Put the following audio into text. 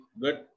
Good